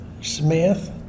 Smith